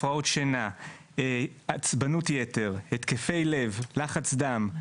הפרעות שינה, עצבנות יתר, התקפי לב, לחץ דם.